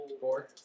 Four